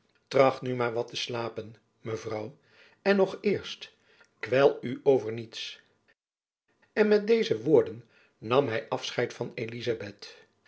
tracht nu maar wat te slapen mevrouw en nog eens kwel u over niets en met deze woorden nam hy afscheid van elizabeth